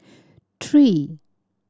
three